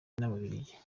n’ababiligi